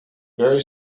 very